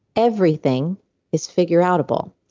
everything is figureoutable.